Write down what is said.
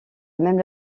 même